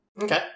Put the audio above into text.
Okay